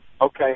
Okay